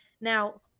Now